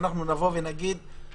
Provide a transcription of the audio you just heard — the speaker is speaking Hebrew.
ואנחנו לא יכולים להגיד לממשלה